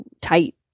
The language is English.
tight